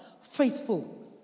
faithful